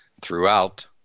throughout